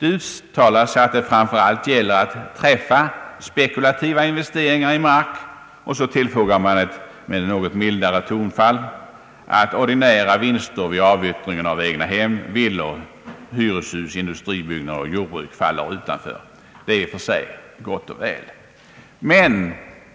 Det uttalas att det framför allt gäller att träffa spekulativa investeringar i mark, och så tillfogar man med något mildare tonfall, att ordinära vinster vid avyttringen av egnahem, villor, hyreshus, industribyggnader och jordbruk faller utanför. Det är i och för sig gott och väl, men